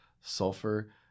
sulfur